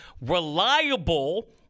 reliable